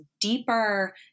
deeper